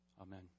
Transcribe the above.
Amen